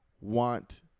want